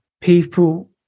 people